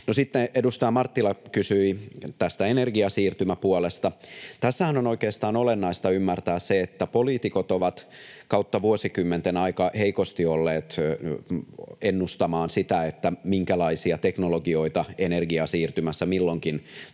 sitten edustaja Marttila kysyi tästä energiasiirtymäpuolesta. Tässähän on oikeastaan olennaista ymmärtää se, että poliitikot ovat kautta vuosikymmenten aika heikosti ennustaneet sitä, minkälaisia teknologioita energiasiirtymässä milloinkin tullaan